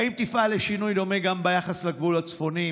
האם תפעל לשינוי דומה גם ביחס לגבול הצפוני?